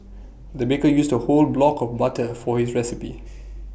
the baker used A whole block of butter for his recipe